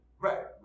Right